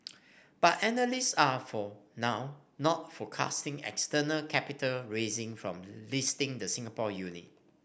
but analysts are for now not forecasting external capital raising from listing the Singapore unit